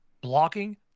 blocking